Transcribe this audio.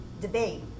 debate